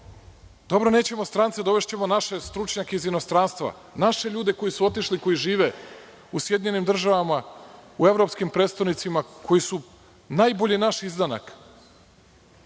dobro nećemo strance, dovešćemo naše stručnjake iz inostranstva, naše ljude koji su otišli, koji žive u SAD, u evropskim prestonicama, koji su najbolji naš izdanak.